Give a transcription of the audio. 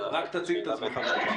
בהתאמה.